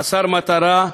חסר מטרה,